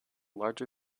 larger